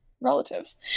relatives